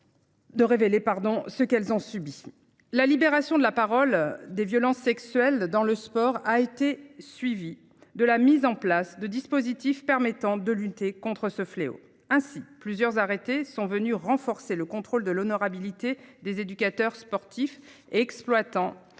De révéler pardon ce qu'elles ont subi la libération de la parole des violences sexuelles dans le sport a été suivi de la mise en place de dispositifs permettant de lutter contre ce fléau ainsi plusieurs arrêtés sont venus renforcer le contrôle de l'honorabilité des éducateurs sportifs et exploitants